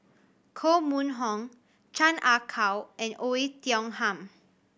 Koh Mun Hong Chan Ah Kow and Oei Tiong Ham